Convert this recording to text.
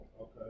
Okay